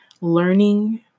learning